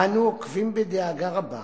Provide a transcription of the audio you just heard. "אנו עוקבים בדאגה רבה